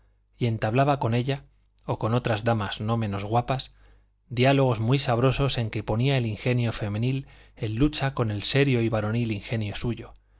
y entablaba con ella o con otras damas no menos guapas diálogos muy sabrosos en que ponía el ingenio femenil en lucha con el serio y varonil ingenio suyo